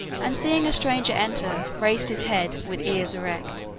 and seeing a stranger enter, raised his head, with ears erect.